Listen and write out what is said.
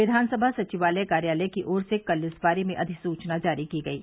विधानसभा सचिवालय कार्यालय की ओर से कल इस बारे में अधिसूचना जारी की गयी